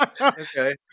Okay